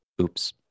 Oops